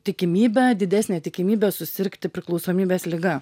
tikimybę didesnę tikimybę susirgti priklausomybės liga